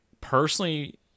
personally